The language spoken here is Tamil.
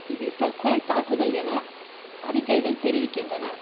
இது தற்கொலைத் தாக்குதல் என அறிக்கைகள் தெரிவிக்கின்றன